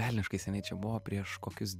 velniškai seniai čia buvo prieš kokius